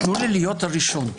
תנו לי להיות הראשון.